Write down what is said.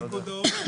לפיקוד העורף,